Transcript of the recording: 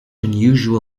unusual